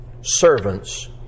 servants